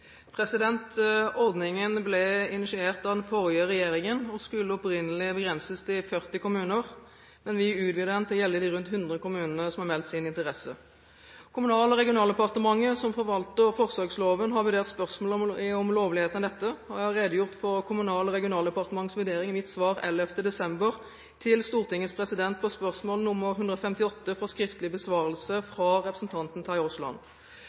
først?» Ordningen ble initiert av den forrige regjeringen og skulle opprinnelig begrenses til 40 kommuner, men vi utvidet den til å gjelde de rundt 100 kommunene som har meldt sin interesse. Kommunal- og regionaldepartementet, som forvalter forsøksloven, har vurdert spørsmålet om lovligheten av dette, og jeg har redegjort for Kommunal- og regionaldepartementets vurdering i mitt svar av 11. desember på skriftlig spørsmål nr. 158, fra representanten Terje Aasland.